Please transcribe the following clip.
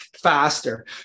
faster